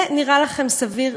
זה נראה לכם סביר?